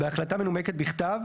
בהחלטה מנומקת בכתב,